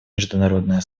международное